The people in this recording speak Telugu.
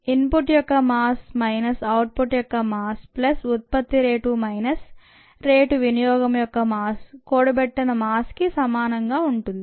ఇన్ పుట్ యొక్క మాస్ మైనస్ అవుట్ పుట్ యొక్క మాస్ ప్లస్ ఉత్పత్తి రేటు మైనస్ రేటు వినియోగం యొక్క మాస్ కూడబెట్టిన మాస్కి సమానంగా ఉంటుంది